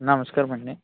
నమస్కారం అండి